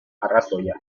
arrazoia